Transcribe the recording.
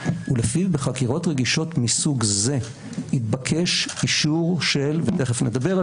ולפיו בחקירות רגישות מסוג זה יתבקש אישור ותיכף נדבר על